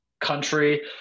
country